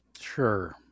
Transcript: Sure